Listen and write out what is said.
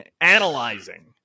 analyzing